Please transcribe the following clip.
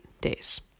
days